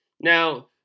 Now